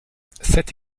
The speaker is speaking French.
sept